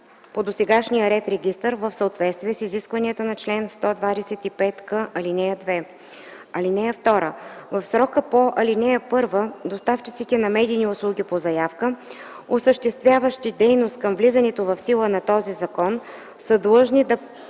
по досегашния ред регистър в съответствие с изискванията на чл. 125к, ал. 2. (2) В срока по ал. 1 доставчиците на медийни услуги по заявка, осъществяващи дейност към влизането в сила на този закон, са длъжни да